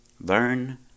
learn